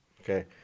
Okay